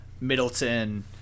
Middleton